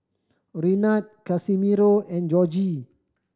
Renard Casimiro and Georgie